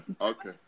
okay